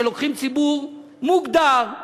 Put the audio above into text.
שלוקחים ציבור מוגדר,